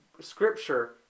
scripture